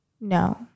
No